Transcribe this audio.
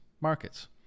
markets